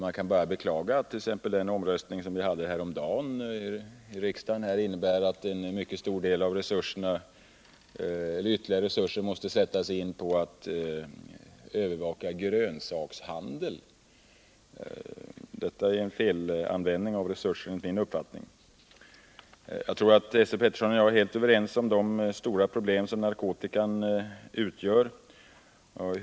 Man kan i sammanhanget bara beklaga att den omröstning vi hade häromdagen i riksdagen innebär att ytterligare resurser nu måste sättas in på att övervaka grönsakshandel. Detta är enligt min uppfattning en felanvändning av resurser. Jag tror att Esse Peterson och jag är helt överens om att narkotika utgör ett stort problem.